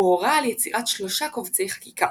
הוא הורה על יצירת שלושה קובצי חקיקה,